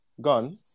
Gone